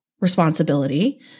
responsibility